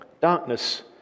darkness